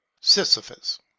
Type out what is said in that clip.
Sisyphus